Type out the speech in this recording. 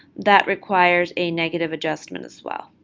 that requires a negative adjustment as well.